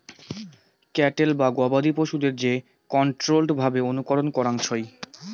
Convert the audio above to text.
cattle বা গবাদি পশুদের যে কন্ট্রোল্ড ভাবে অনুকরণ করাঙ হই